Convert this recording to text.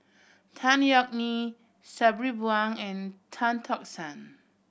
Tan Yeok Nee Sabri Buang and Tan Tock San